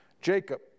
Jacob